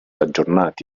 aggiornati